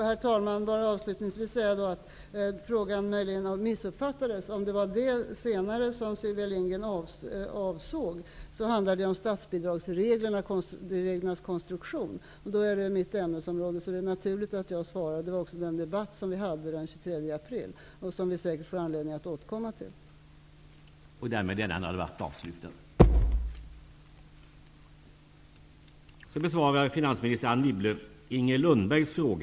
Herr talman! Låt mig då avslutningsvis bara säga att frågan möjligen missuppfattades. Men om det var det senare som Sylvia Lindgren avsåg, handlade det om statsbidragsreglernas konstruktion, och även då är det mitt ämnesområde. Det var alltså naturligt att jag besvarade frågan. Detta berördes också i den debatt som fördes den 23 april, och vi får säkerligen anledning att återkomma till det.